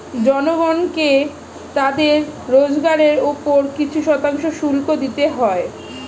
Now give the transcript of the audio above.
জনগণকে তাদের রোজগারের উপর কিছু শতাংশ শুল্ক দিতে হয়